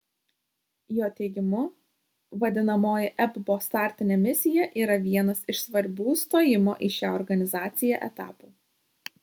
jo teigimu vadinamoji ebpo startinė misija yra vienas iš svarbių stojimo į šią organizaciją etapų